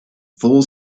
full